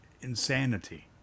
insanity